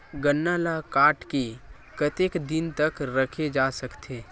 गन्ना ल काट के कतेक दिन तक रखे जा सकथे?